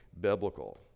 biblical